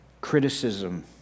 criticism